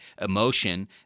emotion